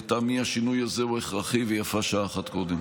לטעמי, השינוי הזה הוא הכרחי, ויפה שעה אחת קודם.